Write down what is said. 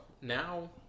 now